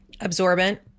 absorbent